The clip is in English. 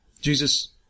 Jesus